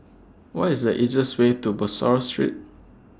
What IS The easiest Way to Bussorah Street